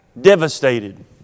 devastated